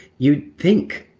you'd think.